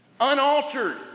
Unaltered